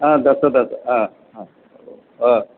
दश तत् अस्ति